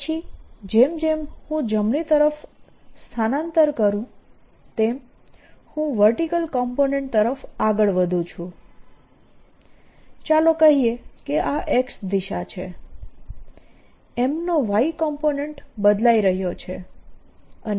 પછી જેમ જેમ હું જમણી તરફ સ્થાનાંતર કરું તેમ હું વર્ટીકલ કોમ્પોનન્ટ તરફ આગળ વધું છું ચાલો કહીએ કે આ x દિશા છે M નો y કોમ્પોનન્ટ બદલાઈ રહ્યો છે